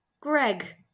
Greg